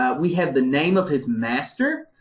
ah we have the name of his master.